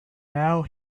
now